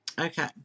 Okay